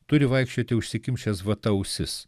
turi vaikščioti užsikimšęs vata ausis